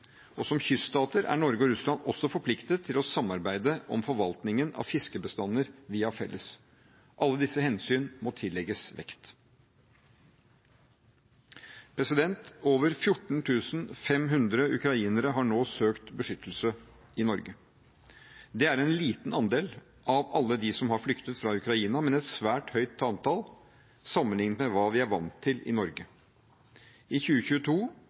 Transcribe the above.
Som kyststater er Norge og Russland også forpliktet til å samarbeide om forvaltningen av fiskebestander vi har felles. Alle disse hensyn må tillegges vekt. Over 14 500 ukrainere har nå søkt beskyttelse i Norge. Det er en liten andel av alle de som har flyktet fra Ukraina, men et svært høyt antall sammenliknet med hva vi er vant til i Norge. I 2022